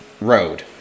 Road